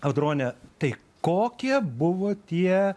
audrone tai kokie buvo tie